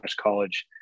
college